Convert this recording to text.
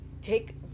take